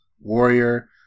warrior